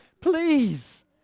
please